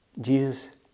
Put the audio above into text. Jesus